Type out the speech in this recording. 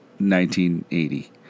1980